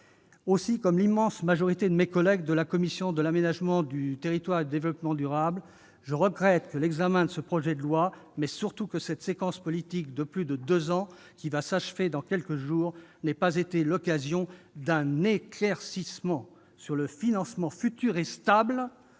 Aussi, comme l'immense majorité de mes collègues de la commission de l'aménagement du territoire et du développement durable, je regrette que l'examen de ce projet de loi et cette séquence politique de plus de deux ans, qui va s'achever dans quelques jours, n'aient pas été l'occasion d'un éclaircissement s'agissant du financement stable,